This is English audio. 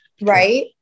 Right